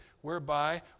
whereby